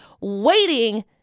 waiting